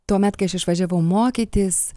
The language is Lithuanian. tuomet kai aš išvažiavau mokytis